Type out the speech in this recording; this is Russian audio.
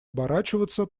оборачиваться